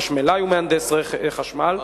חשמלאי ומהנדס חשמל,